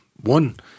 one